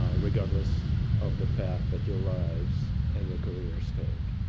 ah regardless of the path that your lives and your careers take.